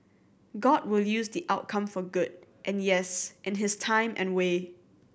god will use the outcome for good and yes in his time and way